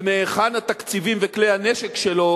ומהיכן התקציבים וכלי הנשק שלו